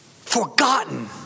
Forgotten